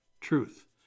Truth